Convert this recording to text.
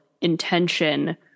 intention